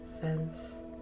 fence